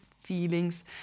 feelings